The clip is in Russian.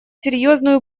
серьезную